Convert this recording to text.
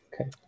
okay